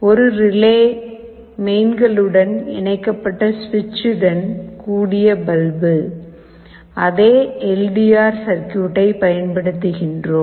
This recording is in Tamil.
ஒரு ரிலே மெயின்களுடன் இணைக்கப்பட்ட சுவிட்சுடன் கூடிய பல்பு அதே எல் டி ஆர் சர்க்யூட்டை பயன்படுத்துகிறோம்